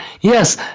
Yes